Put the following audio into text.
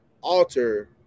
alter